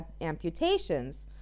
Amputations